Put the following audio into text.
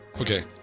Okay